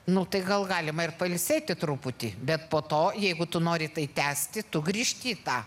nu tai gal galima ir pailsėti truputį bet po to jeigu tu nori tai tęsti tu grįžti į tą